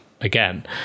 again